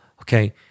okay